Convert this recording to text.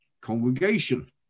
congregation